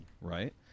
right